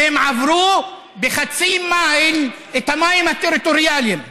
שהם עברו בחצי מייל את המים הטריטוריאליים.